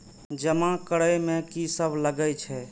जमा करे में की सब लगे छै?